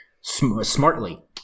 smartly